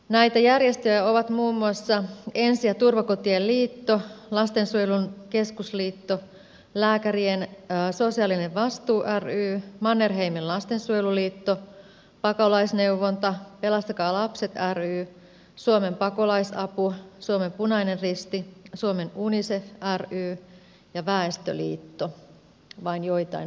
näitä järjestöjä ovat muun muassa ensi ja turvakotien liitto lastensuojelun keskusliitto lääkärin sosiaalinen vastuu ry mannerheimin lastensuojeluliitto pakolaisneuvonta pelastakaa lapset ry suomen pakolaisapu suomen punainen risti suomen unicef ry ja väestöliitto vain joitain mainitakseni